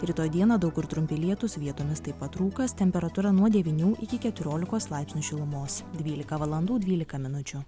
rytoj dieną daug kur trumpi lietūs vietomis taip pat rūkas temperatūra nuo devynių iki keturiolikos laipsnių šilumos dvylika valandų dvylika minučių